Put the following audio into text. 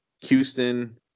Houston